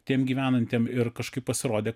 tiem gyvenantiem ir kažkaip pasirodė kad